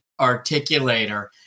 articulator